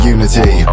Unity